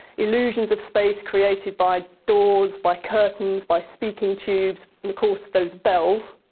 illusions of space created by doors, by curtains, by speaking tubes and, of course, those bells.